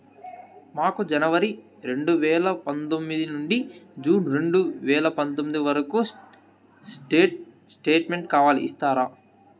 మాకు జనవరి రెండు వేల పందొమ్మిది నుండి జూన్ రెండు వేల పందొమ్మిది వరకు స్టేట్ స్టేట్మెంట్ కావాలి ఇస్తారా